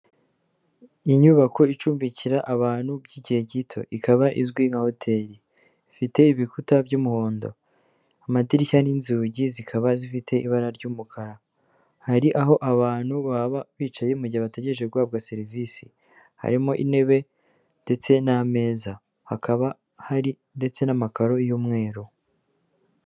Inyubako icumbikira abantu by'igihe gito, ikaba izwi nka hoteli. Ifite ibikuta by'umuhondo. Amadirishya n'inzugi zikaba zifite ibara ry'umukara. Hari aho abantu baba bicaye mu gihe bategereje guhabwa serivisi. Harimo intebe ndetse n'ameza. Hakaba hari ndetse n'amakaro y'umweru.